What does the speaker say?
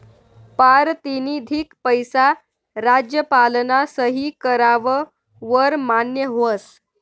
पारतिनिधिक पैसा राज्यपालना सही कराव वर मान्य व्हस